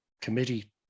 committee